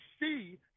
see